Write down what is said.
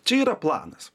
čia yra planas